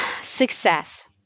Success